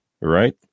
right